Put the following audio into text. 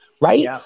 Right